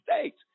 States